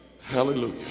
hallelujah